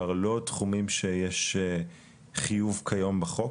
כלומר לא תחומים שיש חיוב כיום בחוק,